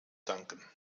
danken